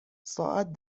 ساعت